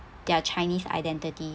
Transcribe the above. their chinese identity